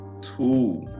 two